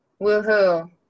Woohoo